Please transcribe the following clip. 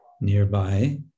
nearby